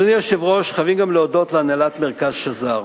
אדוני היושב-ראש, חייבים להודות להנהלת מרכז שזר.